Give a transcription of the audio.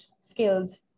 skills